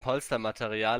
polstermaterial